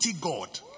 God